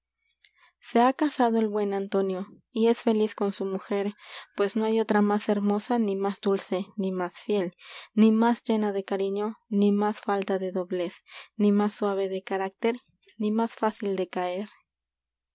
e ha casado el buen antonio y es feliz con su mujer pues no ni más hay otra más hermosa dulce ni más fiel cariño doblez carácter ni más llena de ni más falta de ni más suavg de ni más fácil de caer